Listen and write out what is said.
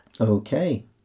Okay